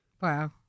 Wow